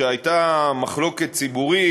כשהייתה מחלוקת ציבורית,